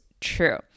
true